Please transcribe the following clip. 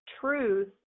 truth